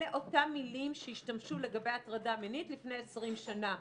אלה אותם מילים שהשתמשו לגבי הטרדה מינית לפני 20 שנה.